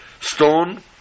stone